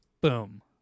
boom